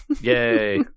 Yay